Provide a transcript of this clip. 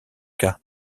cas